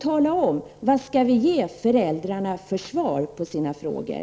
Tala nu om vad vi skall ge föräldrarna för svar på deras frågor!